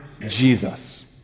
Jesus